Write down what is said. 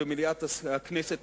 במליאת הכנסת,